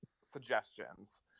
suggestions